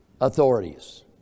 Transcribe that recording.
authorities